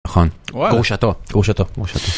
נכון, גרושתו, גרושתו.